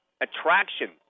attraction